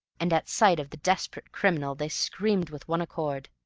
and at sight of the desperate criminal they screamed with one accord.